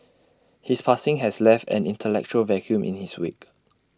his passing has left an intellectual vacuum in his wake